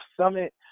summit